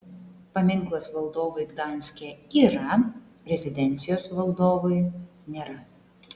paminklas valdovui gdanske yra rezidencijos valdovui nėra